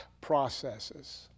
processes